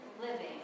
living